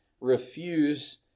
refuse